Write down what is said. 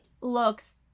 looks